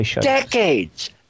Decades